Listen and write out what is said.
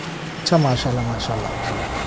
اچھا ماشاء اللہ ماشاء اللہ جی